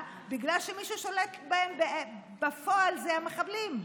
בגלל שמי ששולט בהם בפועל אלו המחבלים.